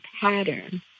pattern